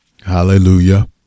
hallelujah